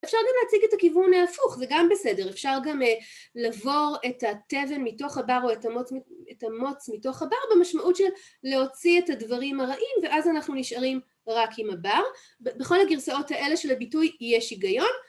אפשר גם להציג את הכיוון ההפוך, זה גם בסדר, אפשר גם לבור את התבן מתוך הבר או את המוץ מתוך הבר במשמעות של להוציא את הדברים הרעים ואז אנחנו נשארים רק עם הבר בכל הגרסאות האלה של הביטוי יש היגיון